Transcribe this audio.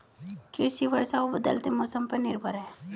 कृषि वर्षा और बदलते मौसम पर निर्भर है